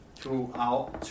throughout